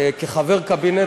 כחבר קבינט,